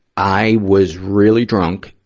i was really drunk.